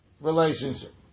relationship